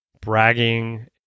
bragging